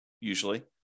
usually